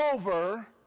over